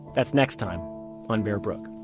that's next time on bear brook